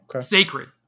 Sacred